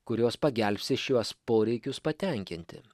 kurios pagelbsti šiuos poreikius patenkinti